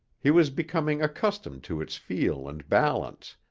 he was becoming accustomed to its feel and balance,